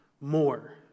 more